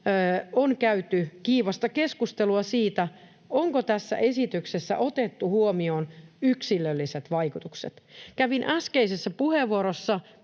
on käyty kiivasta keskustelua siitä, onko tässä esityksessä otettu huomioon yksilölliset vaikutukset. Kävin äskeisessä puheenvuorossa